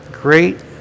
great